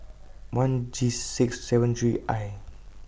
one G six seven three I